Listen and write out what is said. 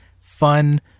fun